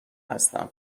هستم